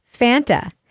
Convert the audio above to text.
Fanta